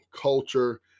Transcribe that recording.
culture